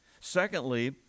Secondly